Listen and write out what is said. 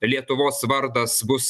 lietuvos vardas bus